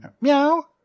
Meow